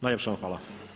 Najljepša vam hvala.